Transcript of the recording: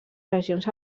regions